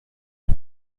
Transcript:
you